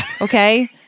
okay